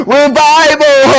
revival